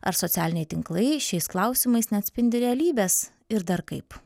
ar socialiniai tinklai šiais klausimais neatspindi realybės ir dar kaip